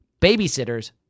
babysitters